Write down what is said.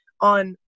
on